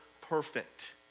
perfect